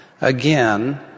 Again